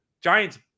Giants